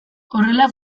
horrela